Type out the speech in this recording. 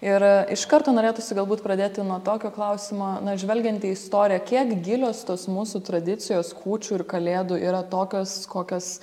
ir iš karto norėtųsi galbūt pradėti nuo tokio klausimo na žvelgiant į istoriją kiek gilios tos mūsų tradicijos kūčių ir kalėdų yra tokios kokias